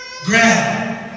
grab